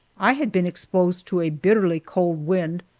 i had been exposed to a bitterly cold wind,